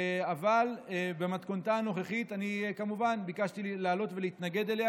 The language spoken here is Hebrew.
אבל במתכונתה הנוכחית אני כמובן ביקשתי לעלות ולהתנגד אליה,